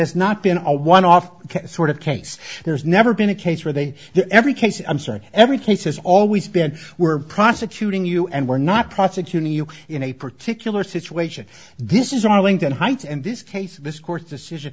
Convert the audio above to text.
has not been a one off sort of case there's never been a case where they the every case i'm sorry every case has always been we're prosecuting you and we're not prosecuting you in a particular situation this is arlington heights and this case this court decision